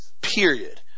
Period